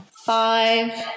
Five